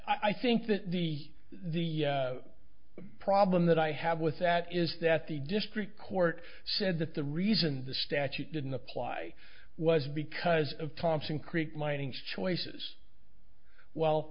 stand i think that the the problem that i have with that is that the district court said that the reason the statute didn't apply was because of thompson creek mining choices w